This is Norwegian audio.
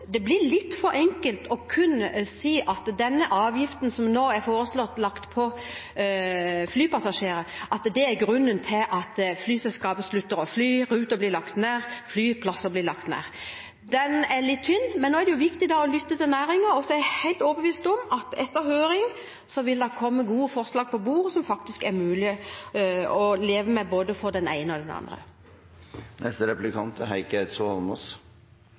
det blir litt for enkelt kun å si at denne avgiften som nå er foreslått pålagt flypassasjerer, er grunnen til at flyselskapene slutter å fly, at ruter blir lagt ned, og at flyplasser blir lagt ned. Den er litt tynn. Men nå er det viktig å lytte til næringen, og så er jeg helt overbevist om at etter høringen vil det komme gode forslag på bordet som det faktisk er mulig å leve med for både den ene og den